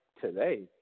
today